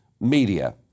media